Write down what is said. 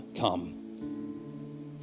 come